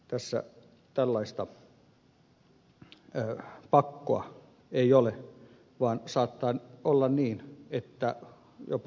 tässä tällaista pakkoa ei ole vaan saattaa olla niin että tuotanto jopa siirtyy muualle